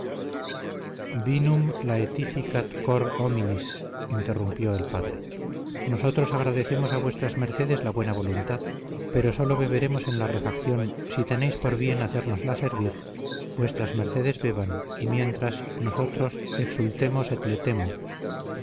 vinum ltificat cor hominis interrumpió el padre nosotros agradecemos a vuestras mercedes la buena voluntad pero sólo beberemos en la refacción si tenéis por bien hacérnosla servir vuestras mercedes beban y mientras nosotros exultemos